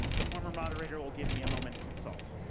the former moderator will give me a moment to consult.